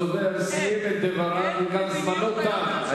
הדובר סיים את דבריו וגם זמנו תם.